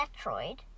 Metroid